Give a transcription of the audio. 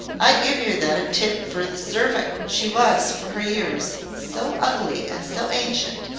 i give yer that tip for the suvrink. she was, for her years, so ugly and so ancient,